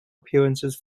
appearances